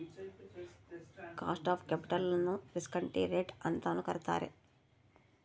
cost of capital ನ್ನು discount rate ಅಂತನು ಕರಿತಾರೆ